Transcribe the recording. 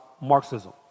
Marxism